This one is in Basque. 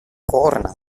gogorrena